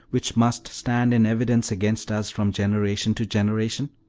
which must stand in evidence against us from generation to generation?